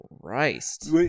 Christ